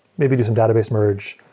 maybe do some database merge,